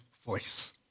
voice